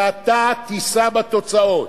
ואתה תישא בתוצאות.